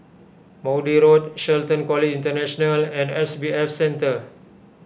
Maude Road Shelton College International and S B S Center